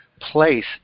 place